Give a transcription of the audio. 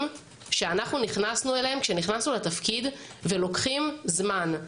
שאנחנו נכנסנו אליהם כשנכנסנו לתפקיד ולוקחים זמן.